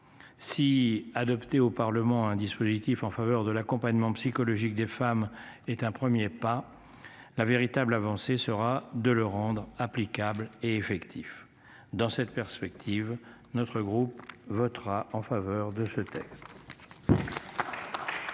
Si adoptée au Parlement un dispositif en faveur de l'accompagnement psychologique des femmes est un 1er pas. La véritable avancée sera de le rendre applicable et effectifs. Dans cette perspective, notre groupe votera en faveur de ce.